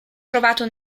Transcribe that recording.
trovato